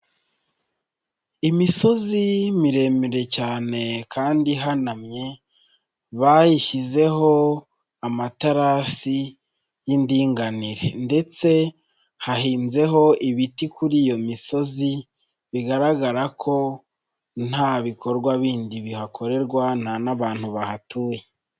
Imisozi miremire cyane kandi ihanamye, bayishyizeho amaterasi y'indinganire ndetse hahinzeho ibiti kuri iyo misozi bigaragara ko nta bikorwa bindi bihakorerwa, nta n'abantu bahatuye.